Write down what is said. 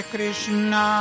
Krishna